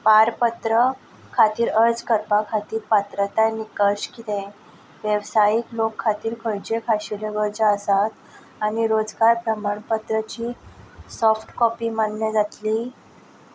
पारपत्र खातीर अर्ज करपा खातीर पात्रताय निकश कितें वेवसायीक लोक खातीर खंयच्यो खाशिल्ल्यो गरज्यो आसात आनी रोजगार प्रमाणपत्रची सॉफ्टकॉपी मान्य जातली